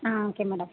ah okay madam